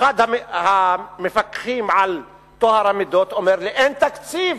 אחד המפקחים על טוהר המידות אומר לי: אין תקציב